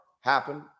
happen